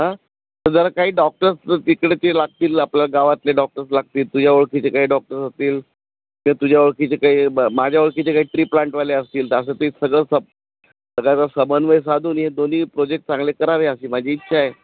हा तर जरा काही डॉक्टर्स तिकडे ते लागतील आपल्या गावातले डॉक्टर्स लागतील तुझ्या ओळखीचे काही डॉक्टर्स असतील किंवा तुझ्या ओळखीचे काही माझ्या ओळखकीचे काही ट्री प्लांटवाले असतील तसं ते सगळं स सगळचा समन्वय साधून हे दोन्ही प्रोजेक्ट चांगले करावे अशी माझी इच्छा आहे